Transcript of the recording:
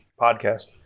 podcast